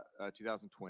2020